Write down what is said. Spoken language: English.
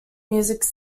musical